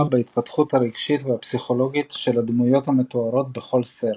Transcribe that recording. בהתפתחות הרגשית והפסיכולוגית של הדמויות המתוארות בכל סרט,